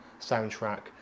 soundtrack